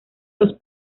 los